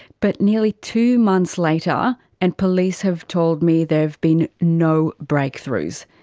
but nearly two months later and police have told me there have been no breakthroughs.